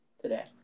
today